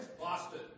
Boston